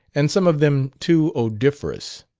and some of them too odoriferous